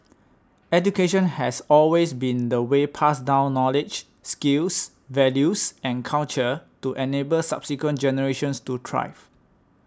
education has always been the way pass down knowledge skills values and culture to enable subsequent generations to thrive